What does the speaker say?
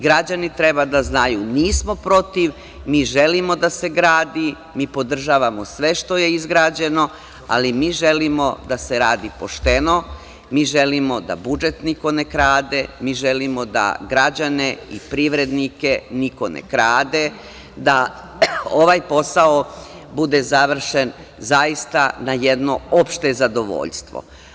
Građani treba da znaju, nismo protiv, mi želimo da se gradi, mi podržavamo sve što je izgrađeno, ali mi želimo da se radi pošteno, mi želimo da budžet niko ne krade, mi želimo da građane i privrednike niko ne krade, da ovaj posao bude završen, zaista na jedno opšte zadovoljstvo.